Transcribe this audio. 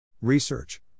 Research